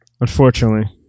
Unfortunately